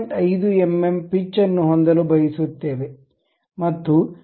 5 mm pitch ಅನ್ನು ಹೊಂದಲು ಬಯಸುತ್ತೇವೆ